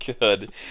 good